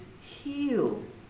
healed